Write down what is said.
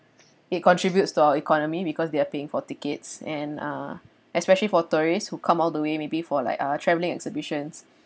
it contributes to our economy because they are paying for tickets and ah especially for tourists who come all the way maybe for like uh travelling exhibitions